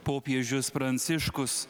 popiežius pranciškus